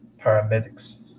paramedics